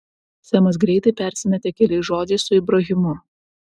semas greitai persimetė keliais žodžiais su ibrahimu